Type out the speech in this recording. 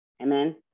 Amen